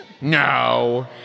No